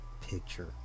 picture